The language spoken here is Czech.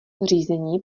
řízení